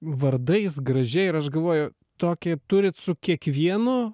vardais gražiai ir aš galvoju tokį turit su kiekvienu